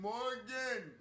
Morgan